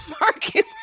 market